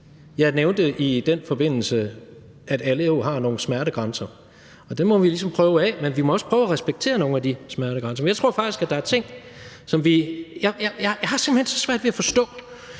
Jeg nævnte i den forbindelse, at alle jo har nogle smertegrænser, og dem må vi ligesom prøve af, men vi må også prøve at respektere nogle af de smertegrænser. Jeg har simpelt hen så svært ved at forstå,